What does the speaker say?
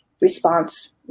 response